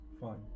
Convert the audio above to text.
fine